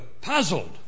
puzzled